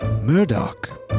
Murdoch